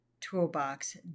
Toolbox